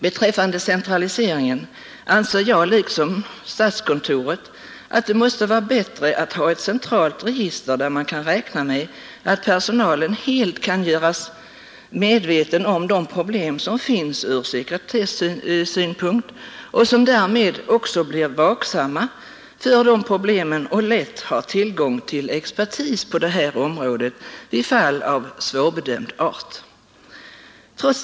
Beträffande centraliseringen anser jag liksom statskontoret att det måste vara bättre att ha ett centralt register där personalen helt kan göras medveten om de problem som finns ur sekretessynpunkt och därmed också blir vaksam för de problemen och lätt har tillgång till expertis på området vid fall av svårbedömd art.